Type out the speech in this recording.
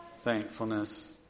thankfulness